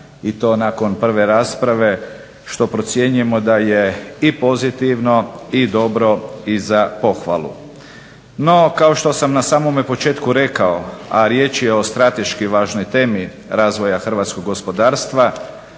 i to nakon prve rasprave, što procjenjujemo da je dobro i pozitivno i za pohvalu. No, kao što sam na samome početku rekao, a riječ je o strateški važnoj temi razvoja hrvatskog gospodarstva,